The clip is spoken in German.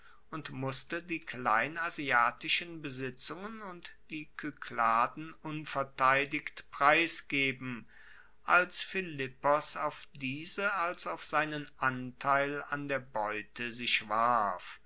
und musste die kleinasiatischen besitzungen und die kykladen unverteidigt preisgeben als philippos auf diese als auf seinen anteil an der beute sich warf